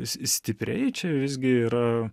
stipriai čia visgi yra